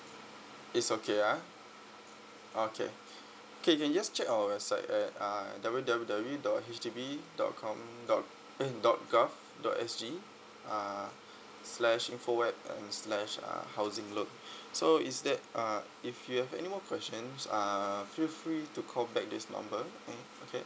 it's okay ah okay okay you can just check our website at uh w w w dot H D B dot com dot eh dot gov dot s g uh slash infor web slash uh housing loan so is that uh if you have anymore questions uh feel free to call back this number mm okay